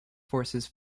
forces